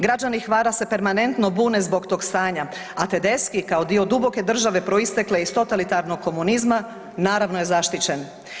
Građani Hvara se permanentno bune zbog tog stanja a Tedeschi kao dio duboke države proistekle iz totalitarnog komunizma, naravno je zaštićen.